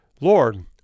Lord